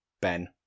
Ben